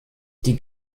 die